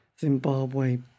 Zimbabwe